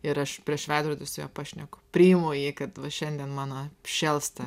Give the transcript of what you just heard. ir aš prieš veidrodį su juo pašneku priimu jį kad va šiandien mano šėlsta